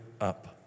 up